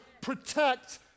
protect